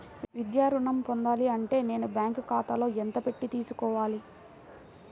విద్యా ఋణం పొందాలి అంటే నేను బ్యాంకు ఖాతాలో ఎంత పెట్టి తీసుకోవాలి?